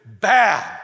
bad